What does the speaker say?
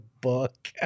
book